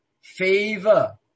favor